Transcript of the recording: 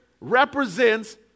represents